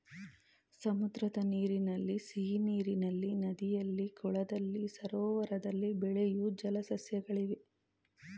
ಸಮುದ್ರದ ನೀರಿನಲ್ಲಿ, ಸಿಹಿನೀರಿನಲ್ಲಿ, ನದಿಯಲ್ಲಿ, ಕೊಳದಲ್ಲಿ, ಸರೋವರದಲ್ಲಿ ಬೆಳೆಯೂ ಜಲ ಸಸ್ಯಗಳಿವೆ